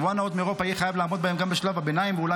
יבואן נאות מאירופה יהיה חייב לעמוד בהן גם בשלב הביניים ואולם